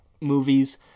movies